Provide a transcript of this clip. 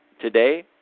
today